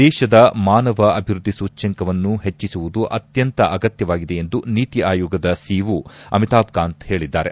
ದೇಶದ ಮಾನವ ಅಭಿವೃದ್ಧಿ ಸೂಚ್ಯಂಕವನ್ನು ಹೆಚ್ಚಿಸುವುದು ಅತ್ಯಂತ ಅಗತ್ಲವಾಗಿದೆ ಎಂದು ನೀತಿ ಆಯೋಗದ ಸಿಇಒ ಅಮಿತಾಬ್ ಕಾಂತ್ ಹೇಳಿದ್ದಾರೆ